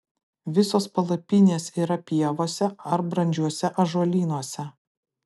visos palapinės yra pievose ar brandžiuose ąžuolynuose